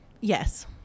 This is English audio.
Yes